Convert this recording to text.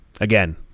again